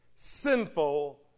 Sinful